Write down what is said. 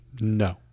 No